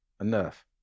enough